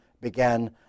began